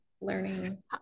learning